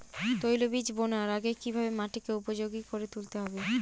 তৈলবীজ বোনার আগে কিভাবে মাটিকে উপযোগী করে তুলতে হবে?